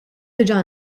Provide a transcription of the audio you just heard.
diġà